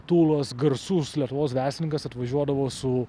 tūlas garsus lietuvos verslininkas atvažiuodavo su